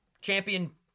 Champion